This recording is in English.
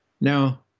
Now